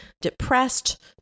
depressed